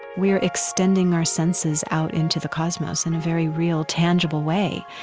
we are extending our senses out into the cosmos in a very real, tangible way,